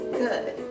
good